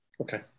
Okay